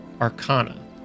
arcana